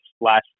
last